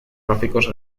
gráficos